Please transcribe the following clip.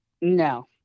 No